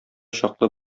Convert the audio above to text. чаклы